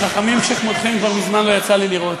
השיר: "חכמים שכמותכם כבר מזמן לא יצא לי לראות".